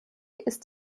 ist